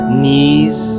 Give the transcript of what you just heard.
knees